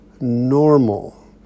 normal